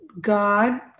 God